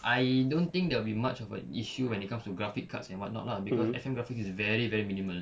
I don't think there'll be much of a issue when it comes to graphic cards and and whatnot lah cause F_M graphic is very very minimal